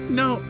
no